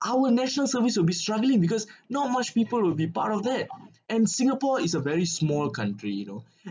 our national service will be struggling because not much people will be part of that and singapore is a very small country you know